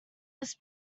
this